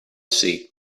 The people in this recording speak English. see